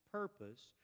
purpose